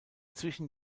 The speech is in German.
zwischen